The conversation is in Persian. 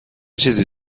چیزی